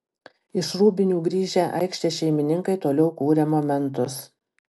iš rūbinių grįžę aikštės šeimininkai toliau kūrė momentus